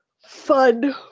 fun